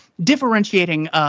differentiating –